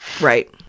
right